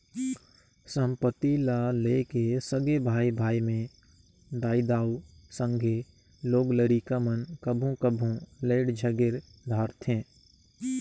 संपत्ति ल लेके सगे भाई भाई में दाई दाऊ, संघे लोग लरिका मन कभों कभों लइड़ झगेर धारथें